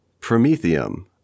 prometheum